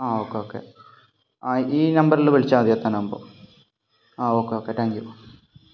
ആ okay okay ആ ഈ നമ്പറിൽ വിളിച്ചാൽ മതി എത്താനാകുമ്പോൾ ആ ഓക്കേ ഓക്കേ താങ്ക് യു